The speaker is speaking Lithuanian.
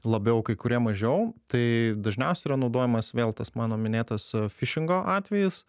labiau kai kurie mažiau tai dažniausia yra naudojamas vėl tas mano minėtas fišingo atvejis